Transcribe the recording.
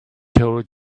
told